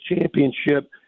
championship